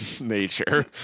nature